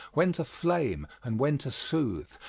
when to flame and when to soothe,